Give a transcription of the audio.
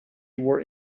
were